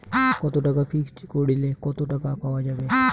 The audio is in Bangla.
কত টাকা ফিক্সড করিলে কত টাকা পাওয়া যাবে?